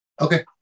Okay